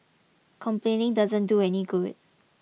complaining doesn't do any good